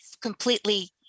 completely